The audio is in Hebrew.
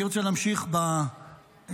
אני רוצה להמשיך באינטונציה,